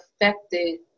affected